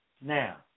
Now